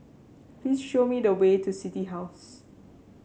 please show me the way to City House